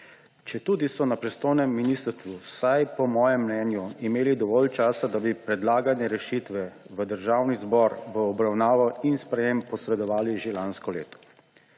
četudi so na pristojnem ministrstvu vsaj po mojem mnenju imeli dovolj časa, da bi predlagane rešitve v Državni zbor v obravnavo in sprejem posredovali že lansko leto.